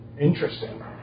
interesting